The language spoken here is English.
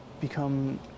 become